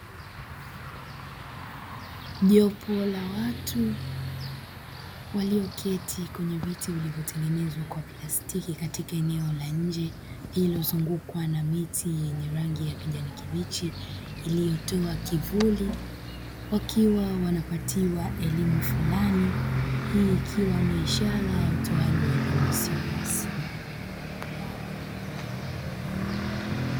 Jopo la watu walioketi kwenye viti vilivyo tengenezwa kwa plastiki katika eneo la njee lililozungukwa na miti yenye rangi ya kijani kibichi iliotoa kivuli wakiwa wanapatiwa elimu fulani, hii ikiwa ni ishara ya utoaji wa elimu isiyo rasmi.